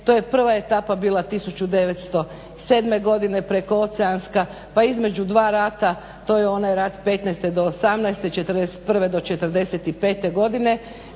Prva etapa je bila 1907.godine, prekooceanska, pa između dva rata to je onaj rat 15.-te do 18.-te, '41.do '45.godine